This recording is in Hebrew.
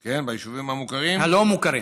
הלא-מוכרים.